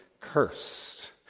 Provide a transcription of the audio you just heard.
cursed